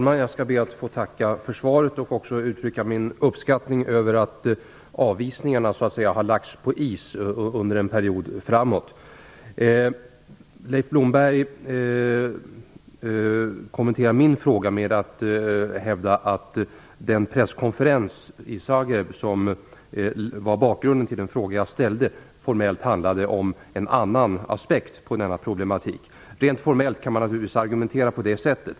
Herr talman! Jag ber att få tacka för svaret. Jag vill också uttrycka min uppskattning över att avvisningarna under en period framåt så att säga lagts på is. Leif Blomberg kommenterar min fråga genom att hävda att den presskonferens i Zagreb som var bakgrunden till den fråga jag ställt formellt handlar om en annan aspekt på denna problematik. Rent formellt kan man naturligtvis argumentera på det sättet.